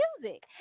music